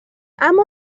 اما